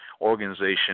organization